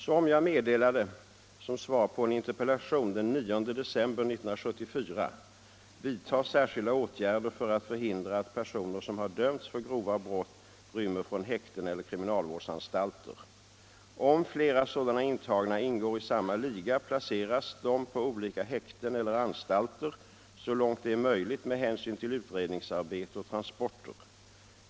Som jag meddelade till svar på en interpellation den 9 december 1974 vidtas särskilda åtgärder för att förhindra att personer som har dömts för grova brott rymmer från häkten eller kriminalvårdsanstalter. Om flera sådana intagna ingår i samma liga placeras de på olika häkten eller anstalter så långt det är möjligt med hänsyn till utredningsarbete och transporter.